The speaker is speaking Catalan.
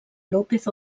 lópez